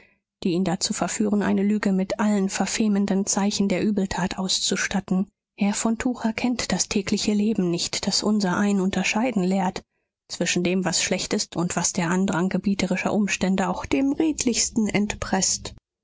die ihn dazu verführen eine lüge mit allen verfehmenden zeichen der übeltat auszustatten herr von tucher kennt das tägliche leben nicht das unsereinen unterscheiden lehrt zwischen dem was schlecht ist und was der andrang gebieterischer umstände auch dem redlichsten